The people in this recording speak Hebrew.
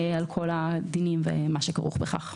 על כל הדינים ומה שכרוך בכך.